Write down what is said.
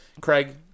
Craig